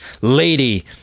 Lady